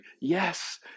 Yes